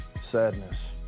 Sadness